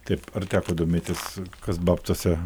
taip ar teko domėtis kas babtuose